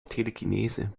telekinese